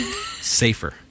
Safer